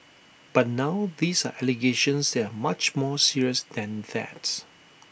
but now these are allegations that are much more serious than that